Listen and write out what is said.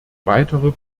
weitere